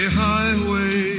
highway